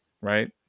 right